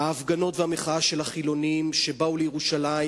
ההפגנות והמחאה של החילונים שבאו לירושלים